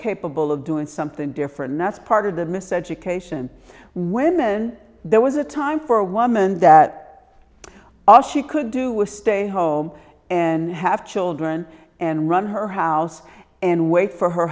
capable of doing something different that's part of the miseducation women there was a time for a woman that all she could do was stay home and have children and run her house and wait for her